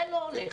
זה לא הולך.